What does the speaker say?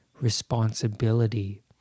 responsibility